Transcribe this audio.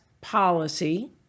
policy